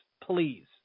please